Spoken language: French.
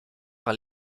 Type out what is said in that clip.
par